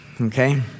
okay